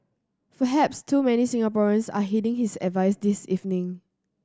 perhaps too many Singaporeans are heeding his advice this evening